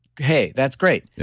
hey, that's great.